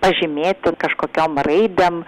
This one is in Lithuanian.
pažymėti ten kažkokiom raidėm